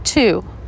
Two